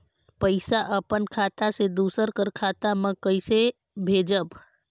पइसा अपन खाता से दूसर कर खाता म कइसे भेजब?